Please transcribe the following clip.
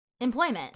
employment